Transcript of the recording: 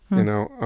you know.